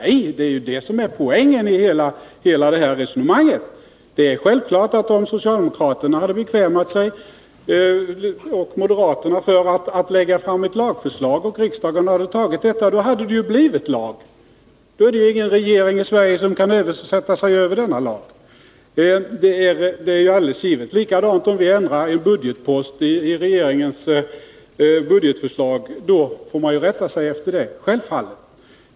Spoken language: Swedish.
Det är ju det som är poängen i hela det här resonemanget. Om socialdemokraterna och moderaterna hade bekvämat sig att lägga fram ett lagförslag och riksdagen hade antagit detta, hade det självfallet blivit en lag. Ingen regering i Sverige kan sätta sig över den lagen — det är alldeles givet. På samma sätt förhåller det sig om vi ändrar när det gäller en budgetpost i regeringens budgetförslag. Då får regeringen självfallet rätta sig därefter.